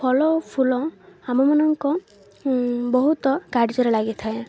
ଫଳ ଫୁଲ ଆମମାନଙ୍କ ବହୁତ କାର୍ଯ୍ୟରେ ଲାଗିଥାଏ